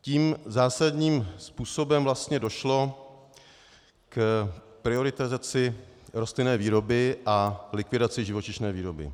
Tím zásadním způsobem vlastně došlo k prioritizaci rostlinné výroby a likvidaci živočišné výroby.